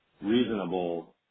reasonable